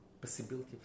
possibility